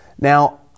Now